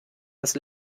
das